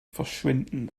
verschwinden